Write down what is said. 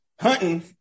hunting